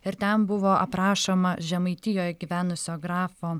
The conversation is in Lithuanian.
ir ten buvo aprašoma žemaitijoj gyvenusio grafo